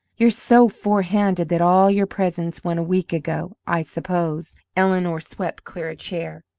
you're so forehanded that all your presents went a week ago, i suppose, eleanor swept clear a chair.